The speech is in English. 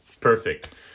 Perfect